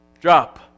Drop